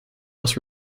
was